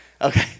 Okay